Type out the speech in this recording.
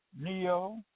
Neo